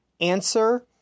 Answer